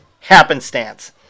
happenstance